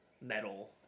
metal